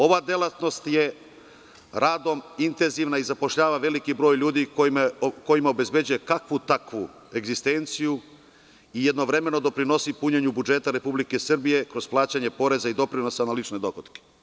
Ova delatnost je radom intenzivna i zapošljava veliki broj ljudi kojima obezbeđuje kakvu-takvu egzistenciju i jednovremeno doprinosi punjenju budžeta Republike Srbije, kroz plaćanje poreza i doprinosa na lične dohotke.